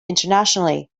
internationally